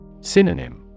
Synonym